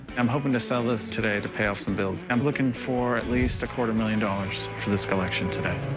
i'm hoping to sell this today to pay off some bills. i'm looking for at least a quarter million dollars for this collection today.